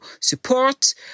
support